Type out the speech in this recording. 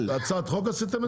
בהצעת חוק עשיתם את זה?